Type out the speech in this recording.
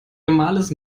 normales